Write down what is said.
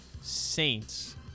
Saints